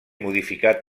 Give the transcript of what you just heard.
modificat